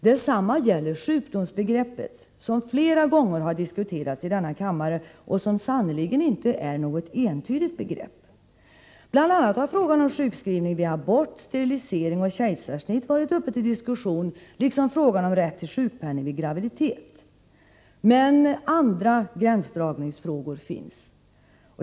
Detsamma gäller sjukdomsbegreppet, som flera gånger har diskuterats i denna kammare och som sannerligen inte är något entydigt begrepp. Bl. a. har frågan om sjukskrivning vid abort, sterilisering och kejsarsnitt varit uppe till diskussion liksom frågan om rätt till sjukpenning vid graviditet. Men andra gränsdragningsfrågor finns.